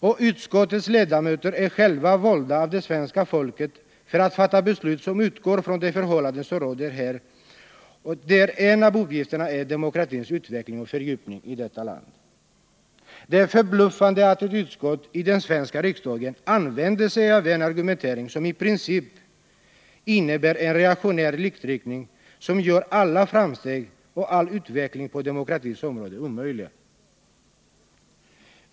Och utskottets ledamöter är själva valda Nr 51 av det svenska folket för att fatta beslut som utgår ifrån de förhållanden som Torsdagen den råder här och där en av uppgifterna är demokratins utveckling och 13 december 1979 fördjupning i detta land. Det är förbluffande att ett utskott i den svenska riksdagen använder sig av en argumentering som i princip innebär en reaktionär likriktning som gör alla framsteg och all utveckling på demokratins område omöjliga.